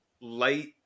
light